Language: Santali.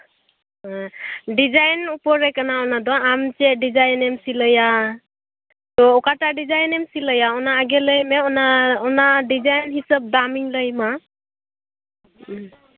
ᱦᱮᱸ ᱰᱤᱡᱟᱭᱤᱱ ᱩᱯᱚᱨ ᱨᱮ ᱠᱟᱱᱟ ᱚᱱᱟᱫᱚ ᱟᱢ ᱪᱮᱫ ᱰᱤᱡᱟᱭᱤᱱ ᱮᱢ ᱥᱤᱞᱟᱹᱭᱟ ᱛᱚ ᱚᱠᱟᱴᱟᱜ ᱰᱤᱡᱟᱭᱤᱱ ᱮᱢ ᱥᱤᱞᱟᱭᱟ ᱚᱱᱟ ᱟᱜᱮ ᱞᱟᱹᱭ ᱢᱮ ᱚᱱᱟ ᱰᱤᱡᱟᱭᱤᱱ ᱦᱤᱥᱟᱹᱵ ᱫᱟᱢ ᱤᱧ ᱞᱟᱹᱭ ᱟᱢᱟ